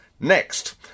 Next